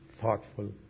thoughtful